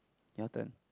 your turn